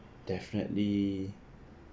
definitely